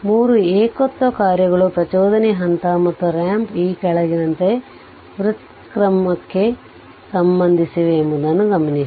3 ಏಕತ್ವ ಕಾರ್ಯಗಳು ಪ್ರಚೋದನೆಯ ಹಂತ ಮತ್ತು ರಾಂಪ್ ಈ ಕೆಳಗಿನಂತೆ ವ್ಯುತ್ಕ್ರಮಕ್ಕೆ ಸಂಬಂಧಿಸಿವೆ ಎಂಬುದನ್ನು ಗಮನಿಸಿ